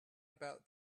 about